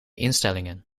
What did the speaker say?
instellingen